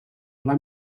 pla